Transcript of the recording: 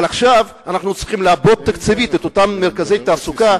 אבל עכשיו אנחנו צריכים לעבות תקציבית את מרכזי התעסוקה